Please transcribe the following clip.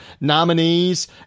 nominees